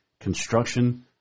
Construction